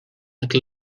like